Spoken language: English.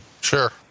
Sure